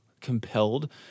compelled